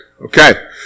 Okay